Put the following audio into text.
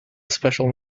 special